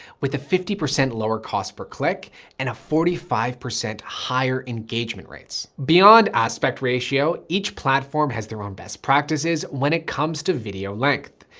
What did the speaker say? with a fifty percent lower cost per click and a forty five percent higher engagement rates. beyond aspect ratio, each platform has their own best practices. when it comes to video length.